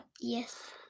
Yes